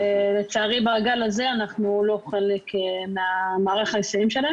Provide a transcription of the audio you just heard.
לצערי בגל הזה אנחנו לא חלק ממערך ההיסעים שלהם,